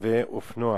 רוכבי אופנוע.